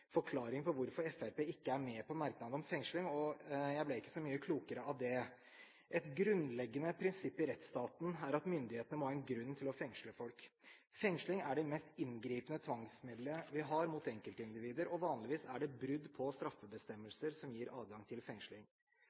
forklaring på hvorfor Fremskrittspartiet ikke er med på merknaden om fengsling, og jeg ble ikke så mye klokere av det. Et grunnleggende prinsipp i rettsstaten er at myndighetene må ha en grunn for å fengsle folk. Fengsling er det mest inngripende tvangsmidlet vi har mot enkeltindivider, og vanligvis er det brudd på straffebestemmelser som gir adgang til fengsling.